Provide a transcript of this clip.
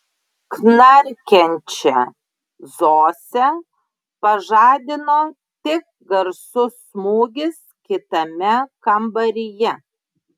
knarkiančią zosę pažadino tik garsus smūgis kitame kambaryje